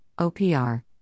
OPR